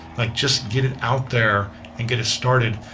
like just get it out there and get it started,